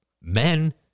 men